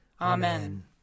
Amen